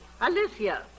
Alicia